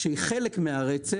שהיא חלק מהרצף,